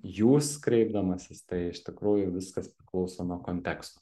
jūs kreipdamasis tai iš tikrųjų viskas priklauso nuo konteksto